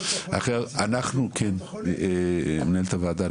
מנהלת הוועדה,